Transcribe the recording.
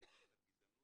הדיווח על גזענות